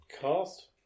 Cast